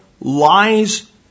lies